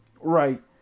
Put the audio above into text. right